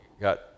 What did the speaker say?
got